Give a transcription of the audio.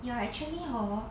ya actually hor